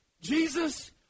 Jesus